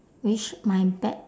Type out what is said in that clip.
which my dad